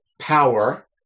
power